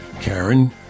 Karen